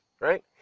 Right